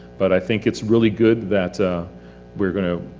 but i think it's really good that ah we're gonna,